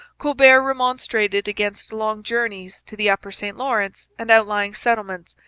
colbert remonstrated against long journeys to the upper st lawrence and outlying settlements,